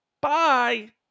Bye